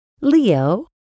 Leo